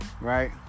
right